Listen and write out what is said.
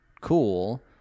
Cool